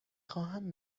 خواهم